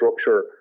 structure